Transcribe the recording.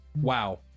wow